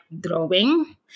drawing